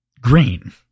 green